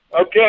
Okay